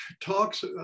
talks